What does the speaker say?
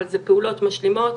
אבל זה פעולות משלימות.